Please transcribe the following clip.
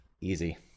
Easy